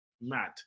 mad